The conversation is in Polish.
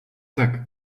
tak